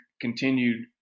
continued